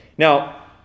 Now